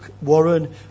warren